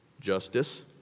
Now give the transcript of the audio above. justice